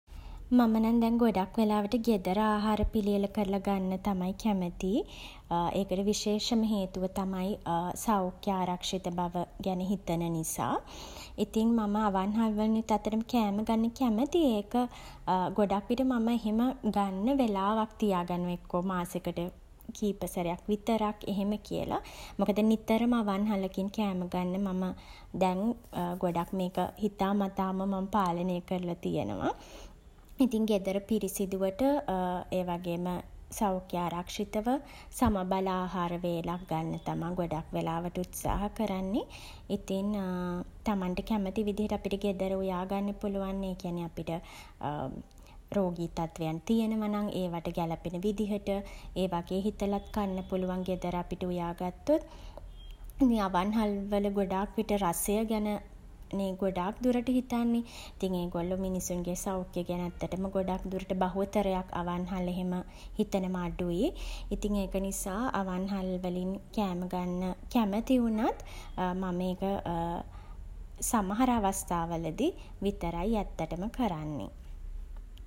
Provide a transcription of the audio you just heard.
මම නම් දැන් ගොඩක් වෙලාවට ගෙදර ආහාර පිළියෙළ කරල ගන්න තමයි කැමති. ඒකට විශේෂම හේතුව තමයි සෞඛ්‍යාරක්ෂිත බව ගැන හිතන නිසා. ඉතින් මම අවන්හල් වලිනුත් ඇත්තටම කෑම ගන්න කැමතියි. ඒක ගොඩක් විට මම එහෙම ගන්න වෙලාවක් තියා ගන්නවා. එක්කෝ මාසෙකට කීප සැරයක් විතරක් එහෙම කියලා. මොකද නිතරම අවන්හලකින් ආහාර ගන්න මම දැන් ගොඩක්ම ඒක හිතාමතාම මං පාලනය කරලා තියෙනවා. ඉතින් ගෙදර පිරිසිදුවට ඒ වගේම සෞඛ්‍යාරක්ෂිතව සමබල ආහාර වේලක් ගන්න තමා ගොඩක් වෙලාවට උත්සාහ කරන්නේ. ඉතින් තමන්ට කැමති විදිහට අපිට ගෙදර උයා ගන්න පුළුවන්නේ. ඒ කියන්නේ අපිට රෝගී තත්වයන් තියෙනවා නම් ඒවට ගැළපෙන විදිහට ඒ වගේ හිතලත් කන්න පුළුවන් ගෙදර අපිට උයා ගත්තොත්. ඉතින් අවන්හල් වල ගොඩක් විට රසය ගැනනේ ගොඩක් දුරට හිතන්නේ. ඉතින් ඒගොල්ලෝ මිනිස්සුන්ගේ සෞඛ්‍ය ගැන ඇත්තටම ගොඩක් දුරට බහුතරයක් අවන් හල් එහෙම හිතනවා අඩුයි. ඉතින් ඒක නිසා අවන්හල් වලින් කෑම ගන්න කැමති වුණත් මම ඒක සමහර අවස්ථා වලදි විතරයි ඇත්තටම කරන්නේ.